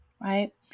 Right